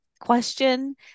question